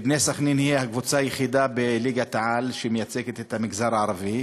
ו"בני סח'נין" היא הקבוצה היחידה בליגת-העל שמייצגת את המגזר הערבי,